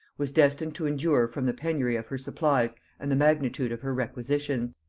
was destined to endure from the penury of her supplies and the magnitude of her requisitions.